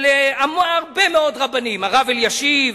של הרבה מאוד רבנים, הרב אלישיב,